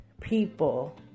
people